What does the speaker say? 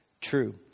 true